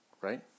right